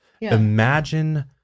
imagine